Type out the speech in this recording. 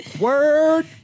Word